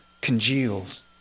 congeals